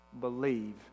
believe